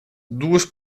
duas